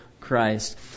Christ